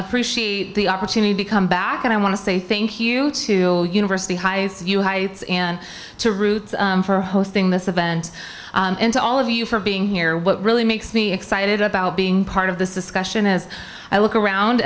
appreciate the opportunity to come back and i want to say thank you to university high's you heights and to root for hosting this event and to all of you for being here what really makes me excited about being part of this discussion as i look around